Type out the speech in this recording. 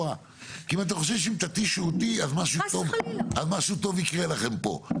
כי אם אתם חושבים שאם תתישו אותי אז משהו טוב יקרה לכם פה,